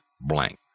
blank